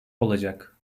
olacak